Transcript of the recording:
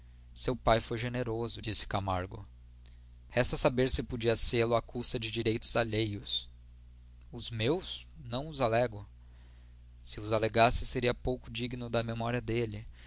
seu pai foi generoso disse camargo resta saber se podia sê-lo à custa de direitos alheios os meus não os alego se os alegasse seria pouco digno da memória dele